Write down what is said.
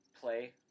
play